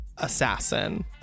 assassin